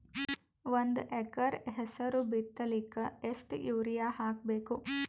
ಒಂದ್ ಎಕರ ಹೆಸರು ಬಿತ್ತಲಿಕ ಎಷ್ಟು ಯೂರಿಯ ಹಾಕಬೇಕು?